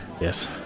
yes